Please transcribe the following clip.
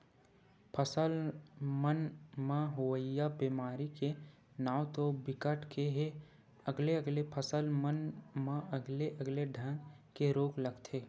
फसल मन म होवइया बेमारी के नांव तो बिकट के हे अलगे अलगे फसल मन म अलगे अलगे ढंग के रोग लगथे